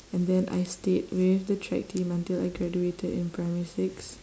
and then I stayed with the track team until I graduated in primary six